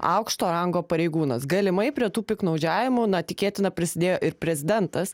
aukšto rango pareigūnas galimai prie tų piktnaudžiavimų na tikėtina prisidėjo ir prezidentas